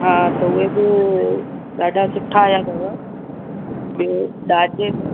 हा त उहे बि ॾाढा सुठा आया अथव ॿियो ॾाजे में